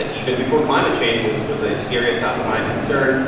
and even before climate change was was a serious top-of-mind concern.